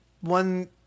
one